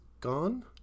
gone